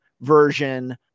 version